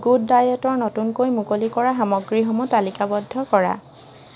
good ডায়েটৰ নতুনকৈ মুকলি কৰা সামগ্ৰীসমূহ তালিকাবদ্ধ কৰা